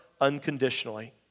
unconditionally